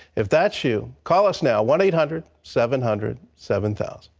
if that's you, call us now one eight hundred seven hundred seven thousand.